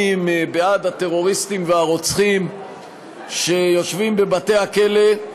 בעד הטרוריסטים והרוצחים שיושבים בבתי-הכלא,